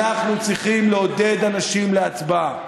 אנחנו צריכים לעודד אנשים להצבעה.